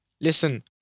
listen